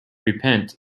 repent